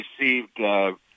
received